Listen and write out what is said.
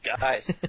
guys